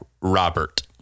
Robert